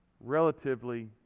relatively